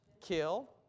Kill